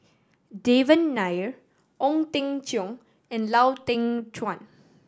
Devan Nair Ong Teng Cheong and Lau Teng Chuan